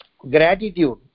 Gratitude